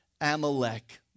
Amalek